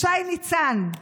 בשי ניצן.